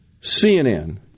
CNN